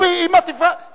שלא תטיף לנו מוסר.